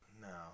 No